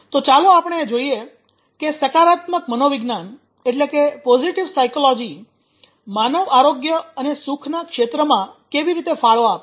તો ચાલો આપણે જોઈએ કે સકારાત્મક મનોવિજ્ઞાન માનવ આરોગ્ય અને સુખના ક્ષેત્રમાં કેવી રીતે ફાળો આપે છે